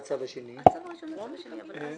אין לי הצעה כרגע.